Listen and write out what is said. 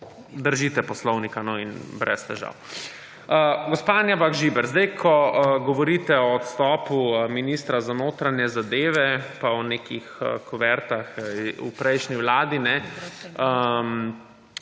držite poslovnika, no, in brez težav. Gospa Anja Bah Žibert. Ko govorite o odstopu ministra za notranje zadeve pa o nekih kuvertah v prejšnji vladi,